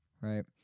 right